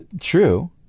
True